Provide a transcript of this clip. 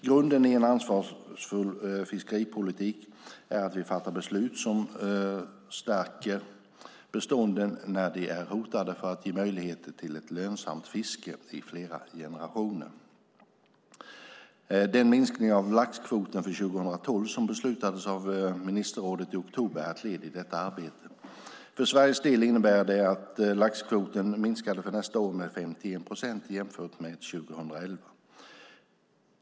Grunden i en ansvarsfull fiskeripolitik är att vi fattar beslut som stärker bestånden när de är hotade för att ge möjligheter till ett lönsamt fiske - i flera generationer. Den minskning av laxkvoten för 2012 som beslutades av ministerrådet i oktober är ett led i det arbetet. För Sveriges del innebar det att laxkvoten minskade för nästa år med 51 procent jämfört med 2011.